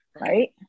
right